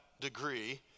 degree